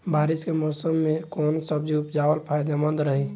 बारिश के मौषम मे कौन सब्जी उपजावल फायदेमंद रही?